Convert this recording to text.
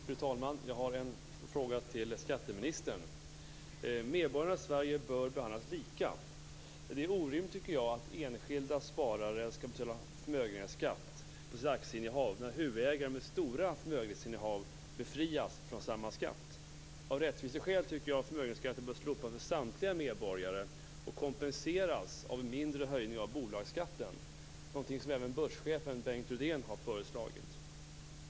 Fru talman! Jag har en fråga till skatteministern. Medborgarna i Sverige bör behandlas lika. Jag tycker att det är orimligt att enskilda sparare skall betala förmögenhetsskatt på sitt aktieinnehav när huvudägare med stora förmögenhetsinnehav befrias från samma skatt. Av rättviseskäl tycker jag att förmögenhetsskatten bör slopas för samtliga medborgare och att detta bör kompenseras med en mindre höjning av bolagsskatten - något som även börschefen Bengt Rydén har föreslagit.